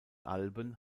alben